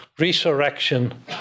resurrection